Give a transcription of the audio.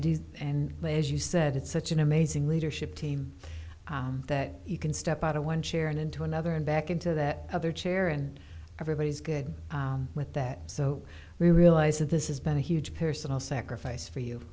they as you said it's such an amazing leadership team that you can step out of one chair and into another and back into that other chair and everybody's good with that so we realize that this has been a huge personal sacrifice for you